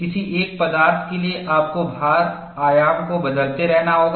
किसी एक पदार्थ के लिए आपको भार आयाम को बदलते रहना होगा